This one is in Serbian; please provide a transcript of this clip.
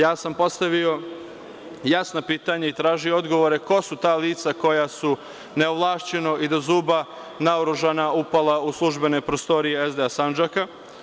Ja sam postavio jasna pitanja i tražio odgovore ko su ta lica koja su neovlašćeno i do zuba naoružana upala u službene prostorije SDA Sandžaka?